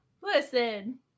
Listen